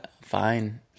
fine